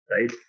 right